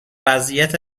وضعیت